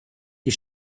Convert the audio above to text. die